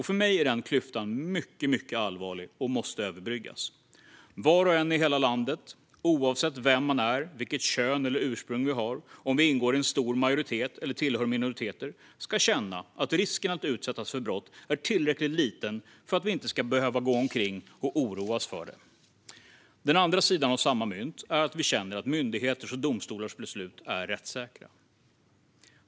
För mig är den klyftan mycket allvarlig och måste överbryggas. Var och en i hela landet, oavsett vem man är, vilket kön eller ursprung man har och om man ingår i en stor majoritet eller tillhör en minoritet, ska känna att risken att utsättas för brott är tillräckligt liten för att man inte ska behöva gå omkring och oroa sig för det. Den andra sidan av samma mynt är att vi känner att myndigheters och domstolars beslut är rättssäkra.